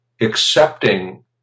Accepting